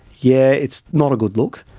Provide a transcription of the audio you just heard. yeah, it's not a good look,